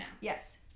Yes